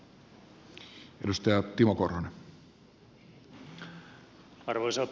arvoisa puhemies